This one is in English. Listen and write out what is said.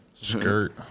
Skirt